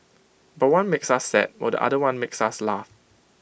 but one makes us sad while the other one makes us laugh